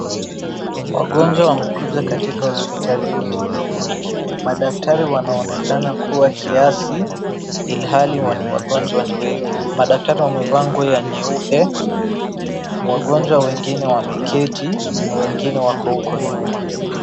Wagonjwa wamekuja katika hospitali kutibiwa , madaktari wanaonekana kukua kiasi ilhali wagonjwa wanonekana kuwa ni wengi. Madaktari wamevaa nguo ya nyeupe ,wagonjwa wengine wameketi na wengine wako huko nyuma.